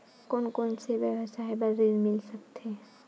कोन कोन से व्यवसाय बर ऋण मिल सकथे?